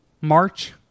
march